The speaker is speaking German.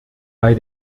bei